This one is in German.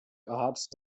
art